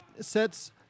sets